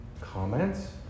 comments